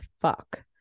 fuck